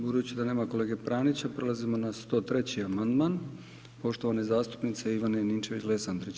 Budući da nema kolege Pranića, prelazimo na 103. amandman poštovane zastupnice Ivane Ninčević-Lesandrić.